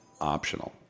optional